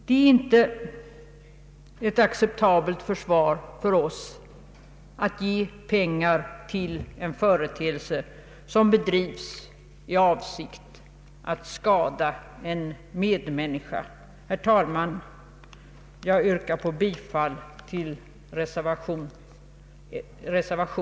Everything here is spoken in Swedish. Det är inte ett acceptabelt försvar för att vi skulle ge pengar till en företeelse som bedrivs i avsikt att skada en medmänniska. Herr talman! Jag yrkar bifall till reservation 2.